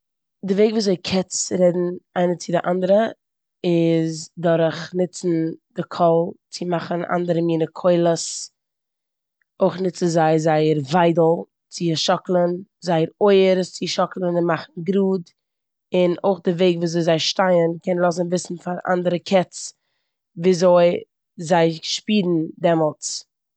די וועג וויאזוי קעץ רעדן איינער צו די אנדערע איז דורך נוצן די קול צו מאכן אנדערע מינע קולות, אויך נוצן זיי זייער וויידל צו עס שאקלען, זייער אויער עס צו שאקלען און מאכן גראד, און אויך די וועג וויאזוי זיי שטייען קען לאזן וויסן פאר אנדערע קעץ וויאזוי זיי שפירן דעמאלטס.